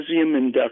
induction